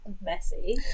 messy